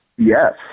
Yes